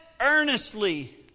earnestly